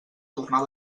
tornar